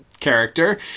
character